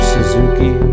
Suzuki